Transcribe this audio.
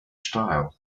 style